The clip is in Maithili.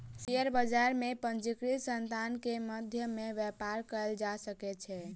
शेयर बजार में पंजीकृत संतान के मध्य में व्यापार कयल जा सकै छै